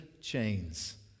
chains